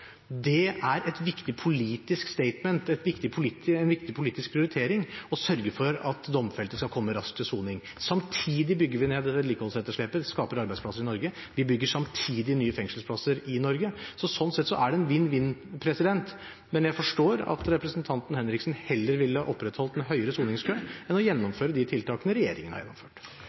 Det er et viktig politisk «statement», en viktig politisk prioritering å sørge for at domfelte skal komme raskt til soning. Vi bygger ned vedlikeholdsetterslepet, vi skaper arbeidsplasser i Norge, og vi bygger samtidig nye fengselsplasser i Norge. Sånn sett er det en vinn-vinn-situasjon. Men jeg forstår at representanten Henriksen heller ville ha opprettholdt en lengre soningskø enn å gjennomføre de tiltakene regjeringen har gjennomført.